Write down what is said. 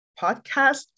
podcast